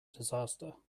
disaster